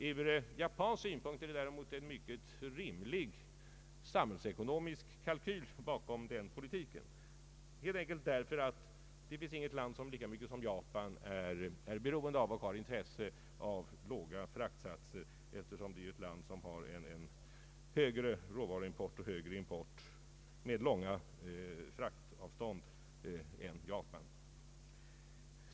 Ur japansk synpunkt ligger det däremot en mycket rimlig samhällsekonomisk kalkyl bakom en sådan politik, helt enkelt därför att det inte finns något land som lika mycket som Japan är beroende av låga fraktsatser — Japan har ju större råvaruimport och import med längre fraktavstånd än andra länder.